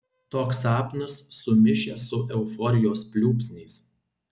toks sapnas sumišęs su euforijos pliūpsniais